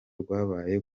rwabaye